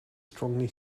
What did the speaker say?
strongly